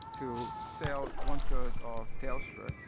to sell one third of telstra,